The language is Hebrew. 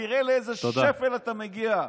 תראה לאיזה שפל אתה מגיע.